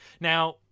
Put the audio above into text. Now